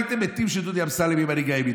הייתם מתים שדודי אמסלם יהיה ממנהיגי הימין.